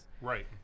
right